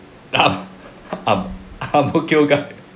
ang ang ang mo kio got